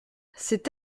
c’est